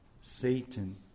Satan